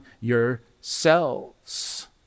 yourselves